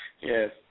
Yes